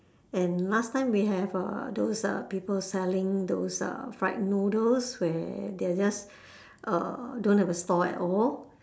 and last time we have uh those uh people selling those uh fried noodles where they're just uh don't have a stall at all